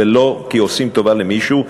ולא כי עושים טובה למישהו,